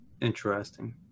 interesting